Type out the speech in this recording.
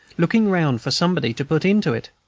looking round for somebody to put into it.